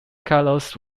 carlos